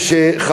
אמרתי.